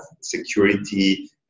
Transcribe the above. security